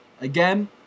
again